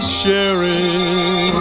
sharing